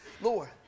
Lord